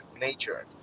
nature